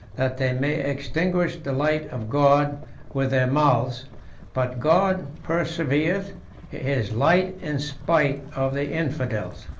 that they may extinguish the light of god with their mouths but god preserveth his light in spite of the infidels.